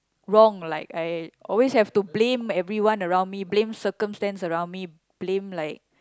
wrong like I always have to blame everyone around me blame circumstance around me blame like